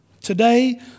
Today